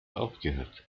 aufgehört